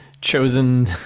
chosen